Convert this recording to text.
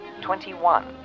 twenty-one